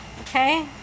Okay